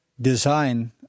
design